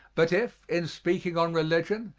but if, in speaking on religion,